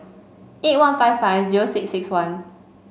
eight one five five zero six six one